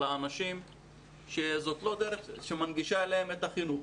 האנשים שזאת לא דרך שמנגישה להם את החינוך.